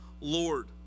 Lord